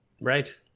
Right